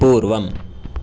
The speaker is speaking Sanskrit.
पूर्वम्